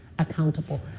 accountable